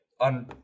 on